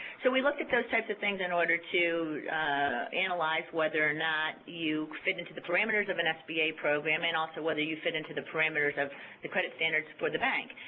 so we looked at those types of things in order to analyze whether or not you fit into the parameters of an sba program and also whether you fit into the parameters of the credit standards for the bank,